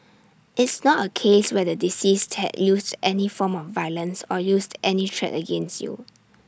it's not A case where the deceased had used any form of violence or used any threat against you